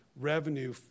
revenue